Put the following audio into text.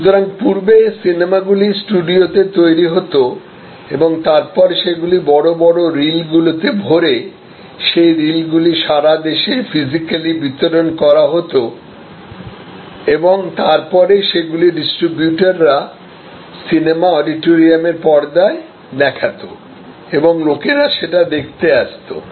সুতরাং পূর্বে সিনেমাগুলি স্টুডিওতে তৈরি হতো এবং তারপরে সেগুলি বড় বড় রিলগুলিতে ভরে সেই রিলগুলি সারা দেশে ফিজিক্যালি বিতরণ করা হত এবং তারপরে সেগুলি ডিস্ট্রিবিউটররা সিনেমা অডিটোরিয়ামের পর্দায়দেখাতো এবং লোকেরা সেটা দেখতে আসতো